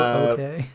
okay